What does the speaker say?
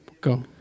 Go